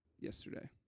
yesterday